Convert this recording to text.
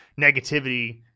negativity